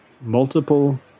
multiple